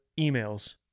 emails